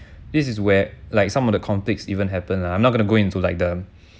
this is where like some of the conflict even happen lah I'm not gonna go into like the